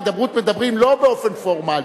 הידברות מדברים לא באופן פורמלי,